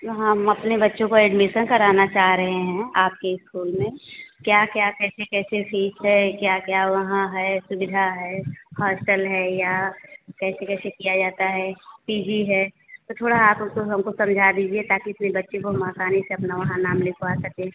हाँ हम अपने बच्चों का एडमिशन कराना चाह रहे हैं आपके स्कूल में क्या क्या कैसे कैसे फीस है क्या क्या वहाँ है सुविधा है हॉस्टेल है या कैसे कैसे किया जाता है पी जी है तो थोड़ा आप उसको हम को समझा दीजिए ताकि अपने बच्चे को हम आसानी से अपना वहाँ नाम लिखवा सके